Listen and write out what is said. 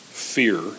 fear